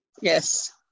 Yes